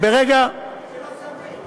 זה לא סביר.